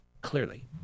clearly